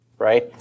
right